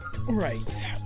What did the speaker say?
Right